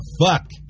fuck